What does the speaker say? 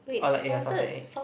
or like your salted egg